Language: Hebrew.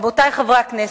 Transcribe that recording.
רבותי חברי הכנסת,